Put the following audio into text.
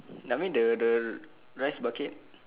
I mean the the rice bucket